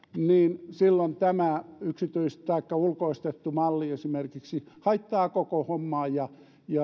niin silloin esimerkiksi tämä yksityistetty taikka ulkoistettu malli haittaa koko hommaa ja